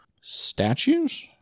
statues